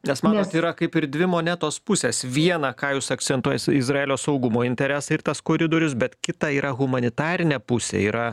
nes matot yra kaip ir dvi monetos pusės viena ką jūs akcentuojat iz izraelio saugumo interesai ir tas koridorius bet kita yra humanitarinė pusė yra